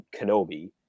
Kenobi